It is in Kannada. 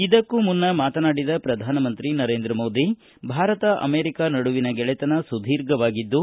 ಇದಕ್ಕೂ ಮುನ್ನ ಮಾತನಾಡಿದ ಪ್ರಧಾನಿ ನರೇಂದ್ರ ಮೋದಿ ಭಾರತ ಅಮೆರಿಕ ನಡುವಿನ ಗೆಳೆತನ ಸುಧೀರ್ಘವಾಗಿದ್ದು